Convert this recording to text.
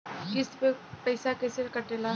किस्त के पैसा कैसे कटेला?